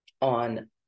on